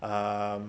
um